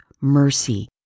mercy